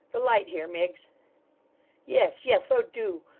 the light here, miggs yes yes, oh do!